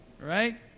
right